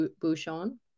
bouchon